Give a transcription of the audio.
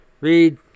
Read